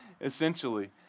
essentially